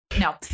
No